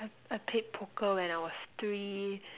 I I played poker when I was three